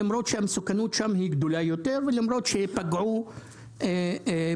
למרות שהמסוכנות שם גדולה יותר ולמרות שפגעו באוטובוסים.